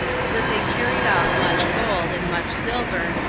so that they carried off much gold, and much silver,